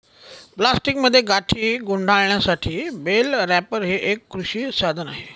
प्लास्टिकमध्ये गाठी गुंडाळण्यासाठी बेल रॅपर हे एक कृषी साधन आहे